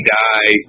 die